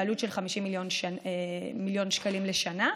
בעלות של 50 מיליוני שקלים לשנה,